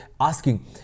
asking